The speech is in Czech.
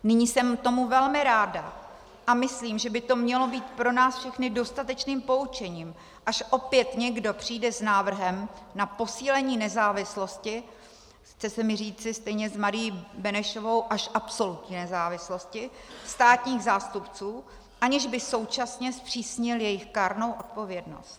Nyní jsem tomu velmi ráda a myslím, že by to mělo být pro nás všechny dostatečným poučením, až opět někdo přijde s návrhem na posílení nezávislosti chce se mi říci stejně s Marií Benešovou až absolutní nezávislosti státních zástupců, aniž by současně zpřísnil jejich kárnou odpovědnost.